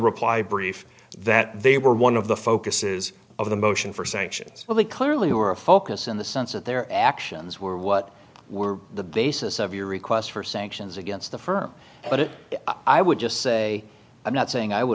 reply brief that they were one of the focuses of the motion for sanctions well they clearly were a focus in the sense that their actions were what were the basis of your request for sanctions against the firm but it i would just say i'm not saying i would